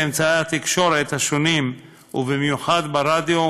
באמצעי התקשורת השונים ובמיוחד ברדיו,